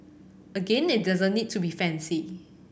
again it doesn't need to be fancy